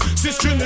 sister